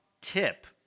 tip